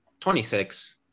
26